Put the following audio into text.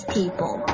people